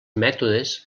mètodes